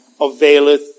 availeth